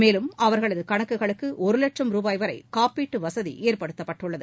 மேலும் அவர்களது கணக்குகளுக்கு ஒரு லட்சும் ரூபாய் வரை காப்பீட்டு வசதி ஏற்படுத்தப்பட்டுள்ளது